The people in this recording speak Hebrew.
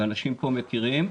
ואנשים פה מכירים,